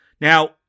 Now